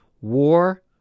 war